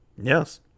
Yes